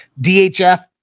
DHF